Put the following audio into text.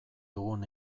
dugun